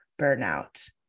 burnout